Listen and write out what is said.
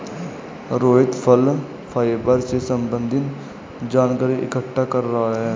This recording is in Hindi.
रोहित फल फाइबर से संबन्धित जानकारी इकट्ठा कर रहा है